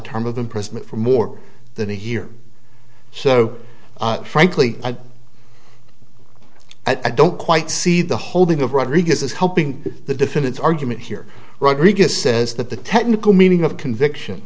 term of imprisonment for more than a year so frankly i don't quite see the holding of rodriguez is helping the defendants argument here rodriguez says that the technical meaning of conviction